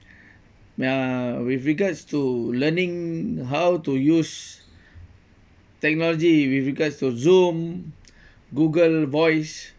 uh with regards to learning how to use technology with regards to zoom google voice